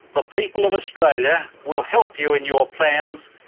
the people of australia will help you in your plans